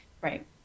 right